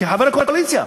כחבר הקואליציה.